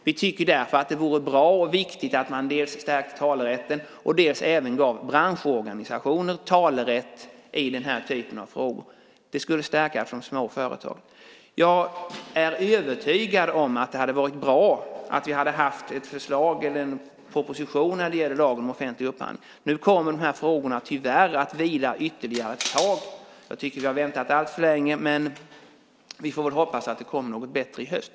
Vi tycker därför att det vore bra och viktigt om man dels stärkte talerätten, dels även gav branschorganisationer talerätt i den här typen av frågor. Det skulle stärka möjligheterna för de små företagen. Jag är övertygad om att det hade varit bra om vi hade haft ett förslag eller en proposition när det gäller lagen om offentlig upphandling. Nu kommer de här frågorna tyvärr att vila ytterligare ett tag. Jag tycker att vi har väntat alltför länge, men vi får väl hoppas att det kommer något bättre i höst.